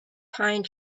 pine